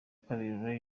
kabiri